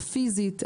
הפיזית,